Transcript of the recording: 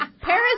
Paris